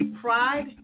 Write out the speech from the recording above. pride